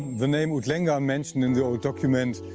the name utlangan mentioned in the old document,